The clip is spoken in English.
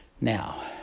now